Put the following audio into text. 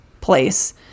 place